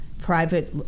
private